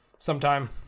sometime